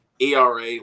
ERA